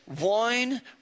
wine